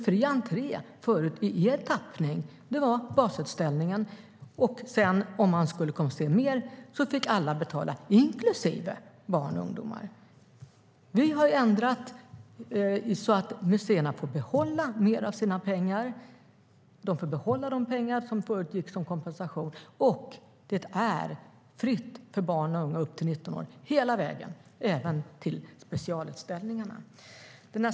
Fri entré i er tappning var basutställningen. De som ville se mer fick betala, inklusive barn och ungdomar. Vi har ändrat så att museerna får behålla mer av sina pengar, och det är fritt för barn och unga upp till 19 år - även till specialutställningarna.